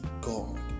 God